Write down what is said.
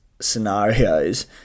scenarios